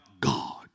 God